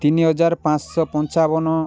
ତିନି ହଜାର ପାଞ୍ଚଶହ ପଞ୍ଚାବନ